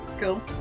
Cool